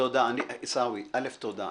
עיסאווי, תודה.